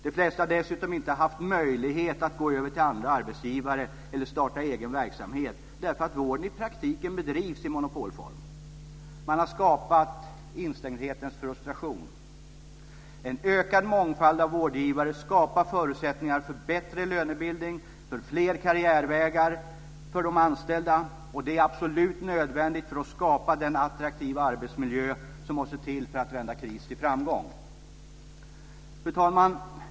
De flesta har dessutom inte haft möjlighet att gå över till andra arbetsgivare eller starta egen verksamhet därför att vården i praktiken bedrivs i monopolform. Man har skapat instängdhetens frustration. En ökad mångfald av vårdgivare skapar förutsättningar för bättre lönebildning och för fler karriärvägar för de anställda. Det är absolut nödvändigt för att skapa den attraktiva arbetsmiljö som måste till för att vända kris till framgång. Fru talman!